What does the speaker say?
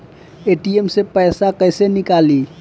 ATM से पैसा कैसे नीकली?